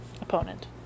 opponent